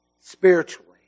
spiritually